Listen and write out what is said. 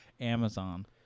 Amazon